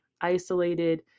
isolated